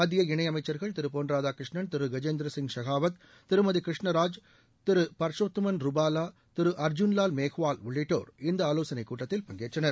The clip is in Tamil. மத்திய இணையமைச்சர்கள் திரு பொன் ராதாகிருஷ்ணன் திரு கஜேந்திரசிங் ஷெகாவத் திருமதி கிருஷ்ணா ராஜ் திரு பர்ஷோத்தமன் ரூபாவா திரு அர்ஜூன்லால் மேஹ்வால் உள்ளிட்டோர் இந்த ஆலோசனைக் கூட்டத்தில் பங்கேற்றனர்